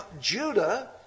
Judah